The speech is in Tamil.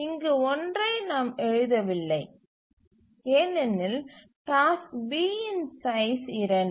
இங்கு 1 ஐ நாம் எழுதவில்லை ஏனெனில் டாஸ்க் B இன் சைஸ் 2